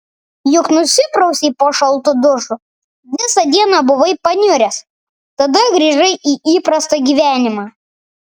juk nusiprausei po šaltu dušu visą dieną buvai paniuręs tada grįžai į įprastą gyvenimą